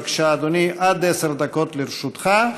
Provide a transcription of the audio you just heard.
בבקשה, אדוני, עד עשר דקות לרשותך.